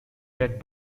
fed